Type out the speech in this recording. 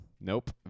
Nope